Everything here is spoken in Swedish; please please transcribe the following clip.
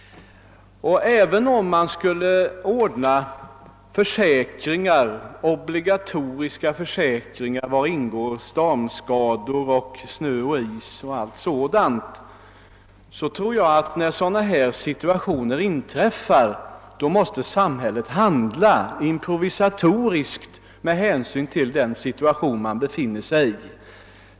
Även om man skulle ordna obligatoriska försäkringar, som täckte skador på grund av storm, snö, is och allt sådant, tror jag att när sådana här situationer inträffar måste samhället handla improvisatoriskt med hänsyn till det läge man befinner sig i.